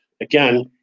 again